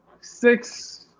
six